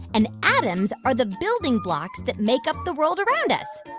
and atoms are the building blocks that make up the world around us.